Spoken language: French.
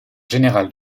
général